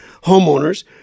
homeowners